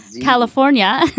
California